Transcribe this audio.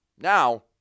Now